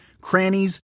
crannies